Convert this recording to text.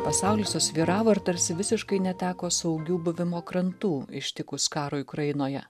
pasaulis susvyravo ir tarsi visiškai neteko saugių buvimo krantų ištikus karui ukrainoje